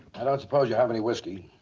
i don't suppose you have any whiskey?